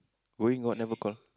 going all never call